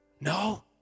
No